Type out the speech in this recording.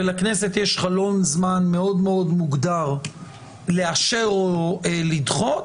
ולכנסת יש חלון זמן מאוד מאוד מוגדר לאשר או לדחות,